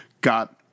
got